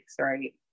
right